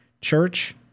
church